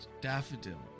Daffodil